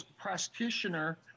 practitioner